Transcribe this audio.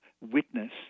witness